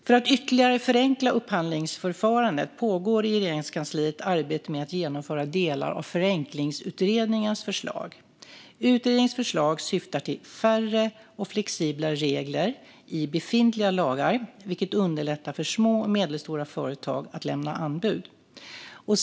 För att ytterligare förenkla upphandlingsförfarandet pågår i Regeringskansliet arbetet med att genomföra delar av den så kallade förenklingsutredningens förslag. Utredningens förslag syftar till färre och flexiblare regler i befintliga lagar, vilket underlättar för små och medelstora företag att lämna anbud.